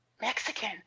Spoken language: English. Mexican